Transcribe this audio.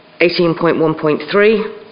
18.1.3